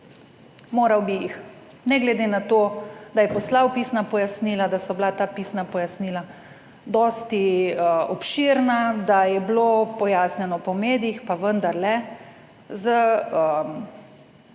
Moral bi jih, ne glede na to, da je poslal pisna pojasnila, da so bila ta pisna pojasnila dosti obširna, da je bilo pojasnjeno po medijih, pa vendarle s svojo